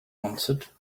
answered